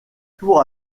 tour